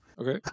Okay